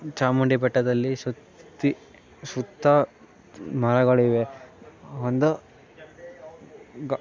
ಚಾಮುಂಡಿ ಬೆಟ್ಟದಲ್ಲಿ ಸುತ್ತ ಸುತ್ತ ಮರಗಳಿವೆ ಒಂದು ಗ